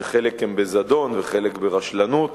שחלק הן בזדון וחלק ברשלנות,